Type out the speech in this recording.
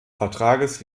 vertrages